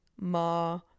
Ma